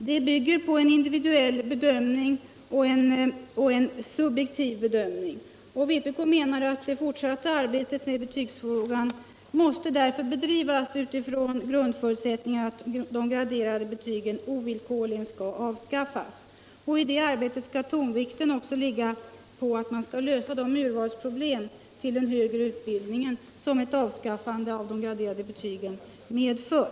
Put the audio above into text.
Betygen bygger på en individuell, subjektiv bedömning. Vpk menar att det fortsatta arbetet med betygsfrågan därför måste bedrivas utifrån grundförutsättningen att de graderade betygen ovillkorligen avskaffas. Och i det arbetet skall tonvikten ligga på att lösa de urvalsproblem till den högre utbildningen som ett avskaffande av de graderade betygen medför.